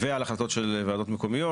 ועל החלטות של ועדות מקומיות,